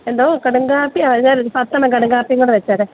എന്തോ കടുംകാപ്പി ഒരു പത്തെണ്ണം കടുംകാപ്പി കൂടെ വച്ചേരെ